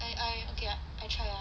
I I okay ah I try ah